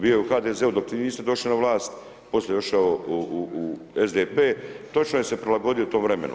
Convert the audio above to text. Bio je u HDZ-u dok vi niste došli na vlast, poslije je došao u SDP, točno je se prilagodio tom vremenu.